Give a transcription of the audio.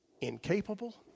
incapable